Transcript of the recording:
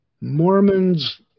Mormons